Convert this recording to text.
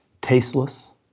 tasteless